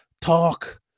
talk